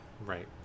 Right